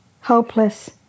Hopeless